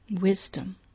Wisdom